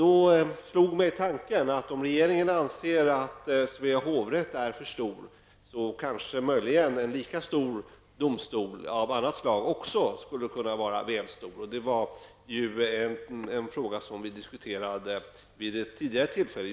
Då slog mig tanken att om regeringen anser att Svea hovrätt är för stor, kanske möjligen en lika stor domstol av annat slag också skulle kunna vara väl stor. Det är en fråga som justitieministern och jag har diskuterat vid ett tidigare tillfälle.